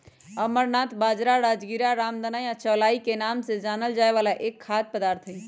amaranth बाजरा, राजगीरा, रामदाना या चौलाई के नाम से जानल जाय वाला एक खाद्य पदार्थ हई